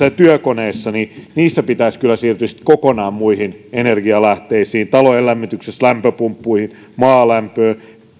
ja työkoneissa pitäisi kyllä siirtyä kokonaan muihin energialähteisiin talojen lämmityksessä lämpöpumppuihin maalämpöön